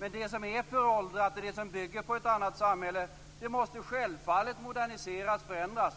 Men det som är föråldrat och det som bygger på ett annat samhälle måste självfallet moderniseras och förändras